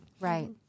Right